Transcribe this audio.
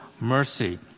mercy